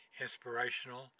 inspirational